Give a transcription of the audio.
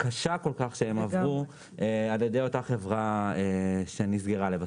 הקשה כל כך שהם עברו על ידי אותה חברה שנסגרה לבסוף.